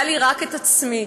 היה לי רק את עצמי.